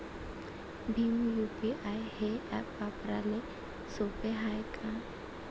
Bhim UPI हे app वापराले सोपे हाय का?